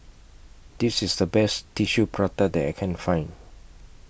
This IS The Best Tissue Prata that I Can Find